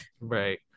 right